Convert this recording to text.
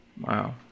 Wow